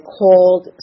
called